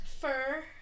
fur